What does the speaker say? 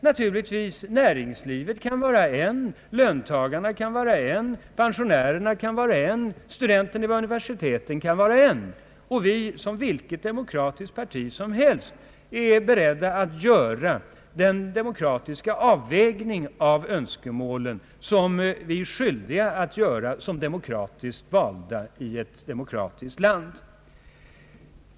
Näringslivet kan vara en sådan grupp, löntagarna en, pensionärerna en och studenterna vid universiteten en grupp. Vi, liksom vilket demokratiskt parti som helst, är beredda att göra den demokratiska avvägning av önskemålen som vi är skyldiga att göra som demokratiskt valda i ett demokratiskt land.